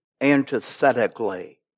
antithetically